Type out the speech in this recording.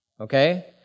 Okay